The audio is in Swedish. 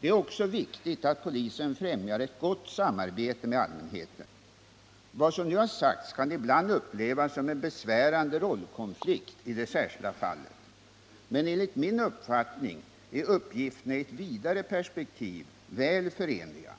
Det är också viktigt att polisen främjar ett gott samarbete med allmänheten. Vad som nu sagts kan ibland upplevas som en besvärande rollkonflikt i det särskilda fallet, men enligt min uppfattning är uppgifterna i ett vidare perspektiv väl förenliga.